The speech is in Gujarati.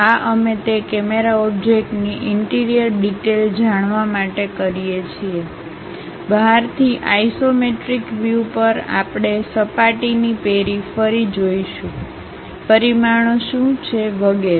આ અમે તે કેમેરા ઓબ્જેક્ટની ઇન્ટિરિયર ડિટેઇલ જાણવા માટે કરીએ છીએ બહારથી આઇસોમેટ્રિક વ્યૂ પર આપણે સપાટીની પેરી ફરી જોઈશું પરિમાણો શું છે વગેરે